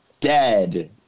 Dead